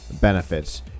benefits